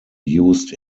used